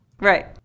Right